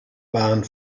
waren